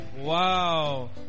wow